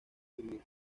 vivir